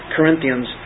Corinthians